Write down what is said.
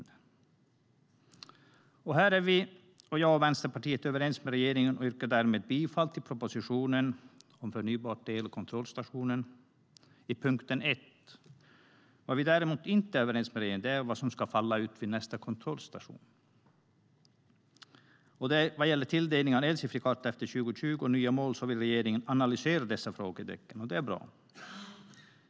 Här är vi i Vänsterpartiet överens med regeringen och yrkar därmed bifall till punkt 1 i proposition 2014/15:123 om ambitionshöjning för förnybar el och kontrollstation. Vad vi däremot inte är överens med regeringen om är vad som ska falla ut vid nästa kontrollstation. Vad gäller tilldelning av elcertifikat efter 2020 och nya mål så vill regeringen analysera dessa frågetecken, och det är bra.